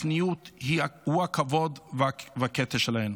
הצניעות היא הכבוד והכתר שלהן.